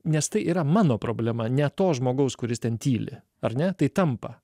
nes tai yra mano problema ne to žmogaus kuris ten tyli ar ne tai tampa